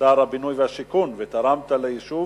שר הבינוי והשיכון ותרם ליישוב